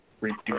Reduce